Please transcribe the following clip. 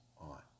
on